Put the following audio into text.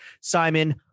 Simon